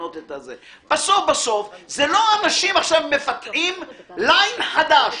בסוף בסוף זה לא שאנשים מפתחים ליין חדש,